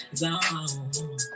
zone